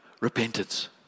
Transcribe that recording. repentance